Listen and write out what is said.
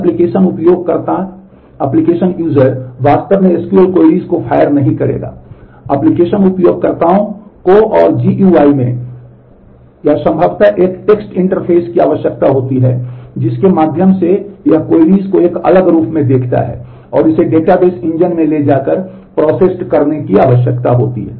application उपयोगकर्ता को और GUI में या संभवतः एक टेक्स्ट इंटरफ़ेस करने की आवश्यकता होती है